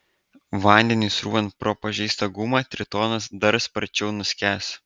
vandeniui srūvant pro pažeistą gumą tritonas dar sparčiau nuskęs